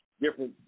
different